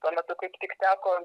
tuo metu kaip tik teko